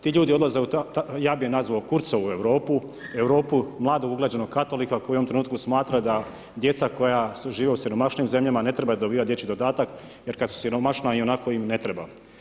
Ti ljudi odlaze, ja bi ih nazvao u Kurzovu Europu, Europu mladog, uglađenog katolika koji u ovom trenutku smatra da djeca koja su živjela u siromašnijim zemljama, ne trebaju dobivati dječji dodatak jer kas su siromašna ionako im ne treba.